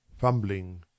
fumbling